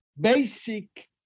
basic